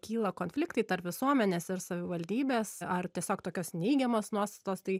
kyla konfliktai tarp visuomenės ir savivaldybės ar tiesiog tokios neigiamos nuostatos tai